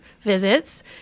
visits